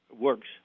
works